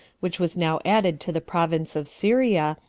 which was now added to the province of syria,